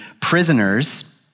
prisoners